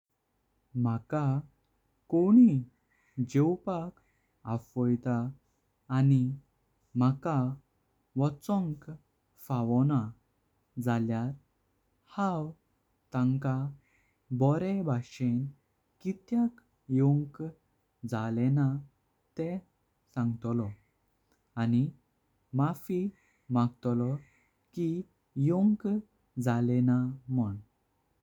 माका कोणी जेवपाक अफोयत आनी माका वाचनक फावोना जाल्यार हांव तंका। बोरें बाशेण कित्यक याेन्का जालेन्ना ते सांगतलो आनी माफी मांगतलो कि याेन्क जाले ना मुण।